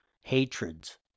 hatreds